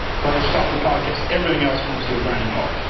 if i stop the podcast, everything else comes to a grinding halt.